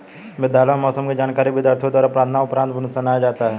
विद्यालयों में मौसम की जानकारी विद्यार्थियों द्वारा प्रार्थना उपरांत सुनाया जाता है